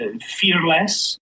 fearless